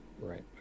right